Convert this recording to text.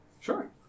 Sure